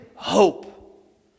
Hope